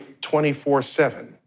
24-7